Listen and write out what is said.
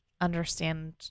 understand